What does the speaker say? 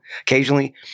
occasionally